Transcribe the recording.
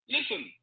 Listen